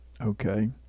okay